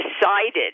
decided